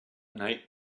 night